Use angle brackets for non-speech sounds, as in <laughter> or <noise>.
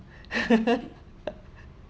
<laughs>